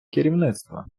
керівництва